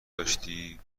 داشتی